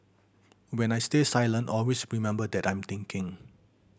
when I stay silent always remember that I'm thinking